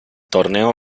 torneo